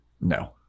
No